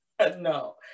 no